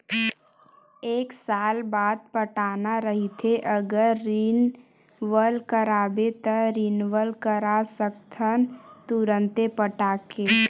एक साल बाद पटाना रहिथे अगर रिनवल कराबे त रिनवल करा सकथस तुंरते पटाके